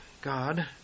God